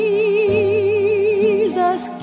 Jesus